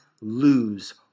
lose